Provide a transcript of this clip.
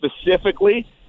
specifically